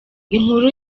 inkuru